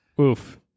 Oof